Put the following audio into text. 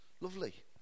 lovely